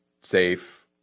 safe